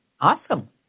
awesome